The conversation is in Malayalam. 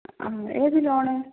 ആ ഏത് ലോണ്